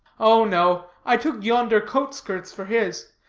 o, no i took yonder coat-skirts for his.